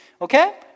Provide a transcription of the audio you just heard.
Okay